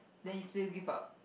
then you still give up